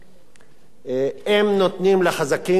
אם נותנים לחזקים לדהור קדימה,